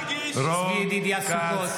בעד תכף אני אקריא את השמות של מי שהצביע נגד.